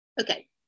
Okay